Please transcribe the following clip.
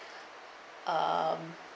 um